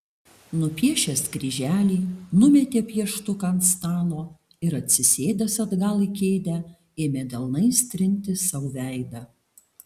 nupiešęs kryželį numetė pieštuką ant stalo ir atsisėdęs atgal į kėdę ėmė delnais trinti sau veidą